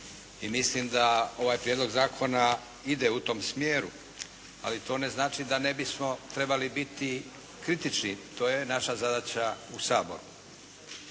mislim da ova prijedlog zakona ide u tom smjeru. Ali to ne znači da ne bismo trebali biti kritični. To je naša zadaća u Saboru.